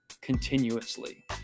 continuously